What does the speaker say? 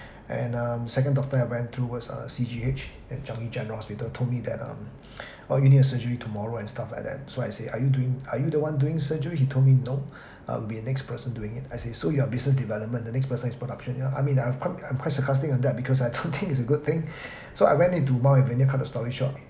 and um second doctor I went to was uh C_G_H at changi general hospital told me that um oh you need a surgery tomorrow and stuff like that so I say are you doing are you the one doing surgery he told me no um will be the next person doing it I say so you are business development the next person is production ya I mean I'm quite I'm quite sarcastic on that because I don't think its a good thing so I went into mount alvernia cut the story short